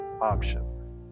option